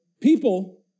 people